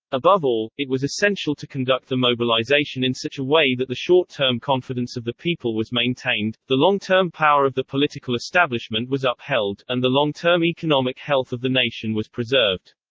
above all, it was essential to conduct the mobilization in such a way that the short term confidence of the people was maintained, the long-term power of the political establishment was upheld, and the long-term economic health of the nation was preserved.